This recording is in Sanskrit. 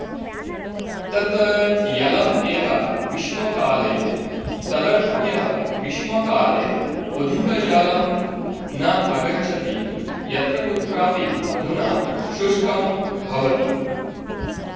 तत् जलम् एव ग्रीष्मकाले तदर्थमेव ग्रीष्मकाले अधिकजलं न आगच्छति यत्रकुत्रापि अधुना शुष्कं भवति